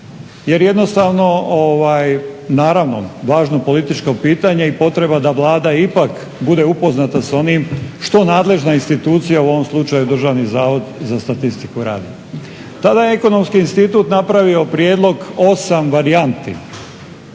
jer jednostavno naravno važno političko pitanje i potreba da Vlada ipak bude upoznata s onim što nadležna institucija u ovom slučaju Državni zavod za statistiku radi. Tada je Ekonomski institut napravio prijedlog 8 varijanti.